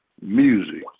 music